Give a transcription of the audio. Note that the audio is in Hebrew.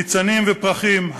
ניצנים ופרחים,